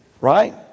right